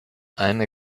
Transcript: eine